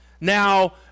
Now